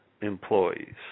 Employees